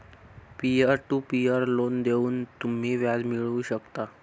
peer to peer loan देऊन तुम्ही व्याज मिळवू शकता